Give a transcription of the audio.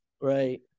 right